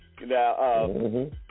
Now